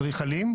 האדריכלים.